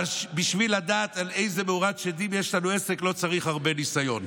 אבל בשביל לדעת עם איזו מאורת שדים יש לנו עסק לא צריך הרבה ניסיון.